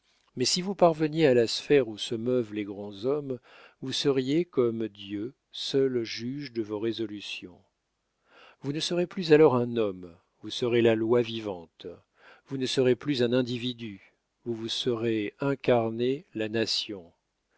mais si vous parveniez à la sphère où se meuvent les grands hommes vous seriez comme dieu seul juge de vos résolutions vous ne serez plus alors un homme vous serez la loi vivante vous ne serez plus un individu vous vous serez incarné la nation